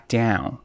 down